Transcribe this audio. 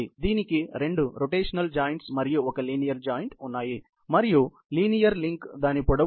దీనికి రెండు rotational joints మరియు ఒక లీనియర్ జాయింట్ ఉన్నాయి మరియు లీనియర్ లింక్ దాని పొడవును 0